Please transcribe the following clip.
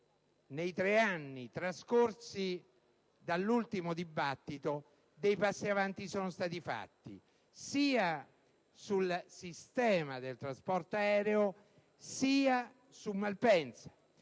nei tre anni trascorsi dall'ultima discussione, alcuni passi avanti siano stati fatti, sia sul sistema del trasporto aereo, sia su Malpensa.